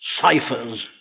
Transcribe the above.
ciphers